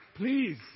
Please